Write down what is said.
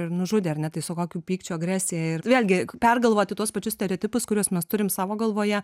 ir nužudė ar ne tai su kokiu pykčiu agresija ir vėlgi pergalvoti tuos pačius stereotipus kuriuos mes turim savo galvoje